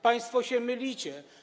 Państwo się mylicie.